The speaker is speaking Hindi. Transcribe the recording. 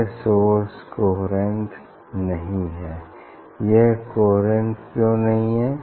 यह सोर्स कोहेरेंट नहीं है यह कोहेरेंट क्यों नहीं है